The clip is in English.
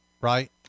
Right